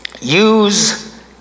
Use